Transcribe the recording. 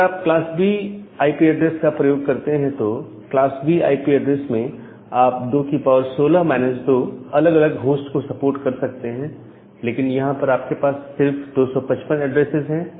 यदि आप class B IP address का प्रयोग करते हैं तो क्लास B आईपी एड्रेस में आप 216 2 अलग अलग होस्ट को सपोर्ट कर सकते हैं लेकिन यहां पर आपके पास सिर्फ 255 एड्रेसेज हैं